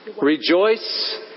Rejoice